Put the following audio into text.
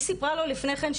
היא סיפרה לו לפני כן,